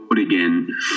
again